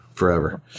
forever